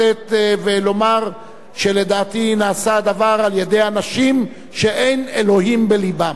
ולומר שלדעתי הדבר נעשה על-ידי אנשים שאין אלוהים בלבם.